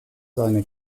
seine